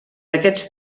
aquests